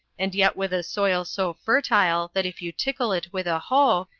and yet with a soil so fertile that if you tickle it with a hoe,